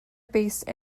based